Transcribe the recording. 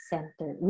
Center